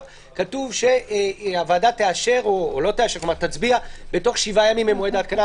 כתוב שהוועדה תצביע בתוך 7 ימים ממועד ההתקנה.